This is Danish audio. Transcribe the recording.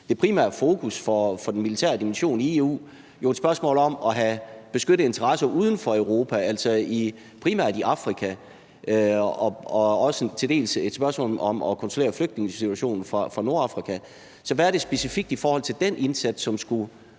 det primære fokus for den militære dimension i EU jo et spørgsmål om at have beskyttede interesser uden for Europa, altså primært i Afrika, og det er også til dels et spørgsmål om at kontrollere flygtningesituationen fra Nordafrika. Så hvad er det specifikt i forhold til den indsats, som